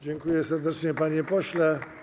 Dziękuję serdecznie, panie pośle.